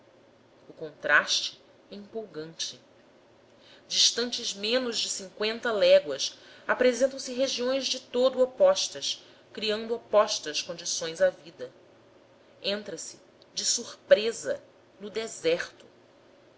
o contraste é empolgante distante menos de cinqüenta léguas apresentam se regiões de todo opostas criando opostas condições à vida entra-se de surpresa no deserto